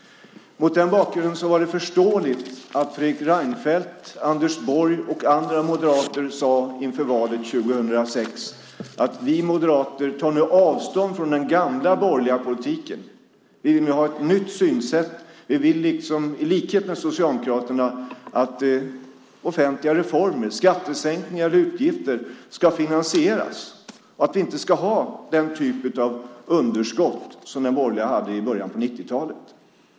Mot den bakgrunden är det förståeligt att Fredrik Reinfeldt, Anders Borg och andra moderater inför valet 2006 sade: Vi moderater tar nu avstånd från den gamla borgerliga politiken. Vi vill ha ett nytt synsätt, och i likhet med Socialdemokraterna vill vi att offentliga reformer - skattesänkningar eller utgifter - ska finansieras. Vi ska inte ha den typ av underskott som den borgerliga regeringen hade i början av 90-talet.